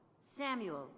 Samuel